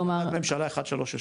כלומר --- בהחלטת ממשלה 1364,